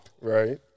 right